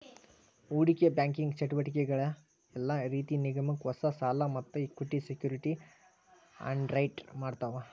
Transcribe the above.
ಹೂಡಿಕಿ ಬ್ಯಾಂಕಿಂಗ್ ಚಟುವಟಿಕಿಗಳ ಯೆಲ್ಲಾ ರೇತಿ ನಿಗಮಕ್ಕ ಹೊಸಾ ಸಾಲಾ ಮತ್ತ ಇಕ್ವಿಟಿ ಸೆಕ್ಯುರಿಟಿ ಅಂಡರ್ರೈಟ್ ಮಾಡ್ತಾವ